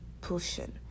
pushing